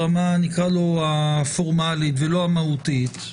נקרא לזה ברמה הפורמלית ולא המהותית,